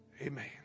Amen